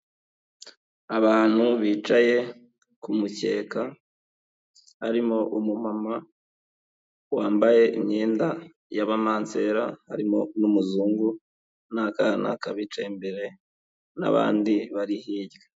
Abantu bicaye ku mukeka, harimo umu mama wambaye imyenda y'aba mansera, harimo n'umuzungu, n'akana kabicaye imbere, n'abandi bari hirya.